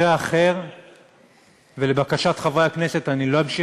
די, די.